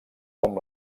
com